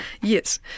Yes